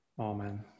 Amen